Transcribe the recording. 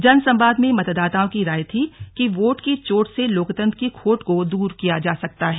जन संवाद में मतदाताओं की राय थी कि वोट की चोट से लोकतंत्र की खोट को दूर किया जा सकता है